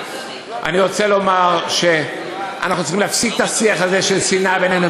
אני רוצה לומר שאנחנו צריכים להפסיק את השיח הזה של שנאה בינינו,